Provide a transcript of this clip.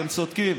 אתם צודקים.